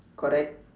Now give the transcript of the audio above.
correct